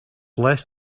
less